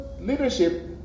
leadership